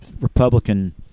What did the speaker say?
Republican